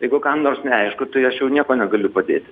jeigu kam nors neaišku tai aš jau nieko negaliu padėti